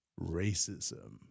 racism